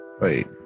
Wait